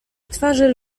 twarzy